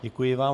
Děkuji vám.